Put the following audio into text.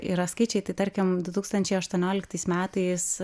yra skaičiai tai tarkim du tūkstančiai aštuonioliktais metais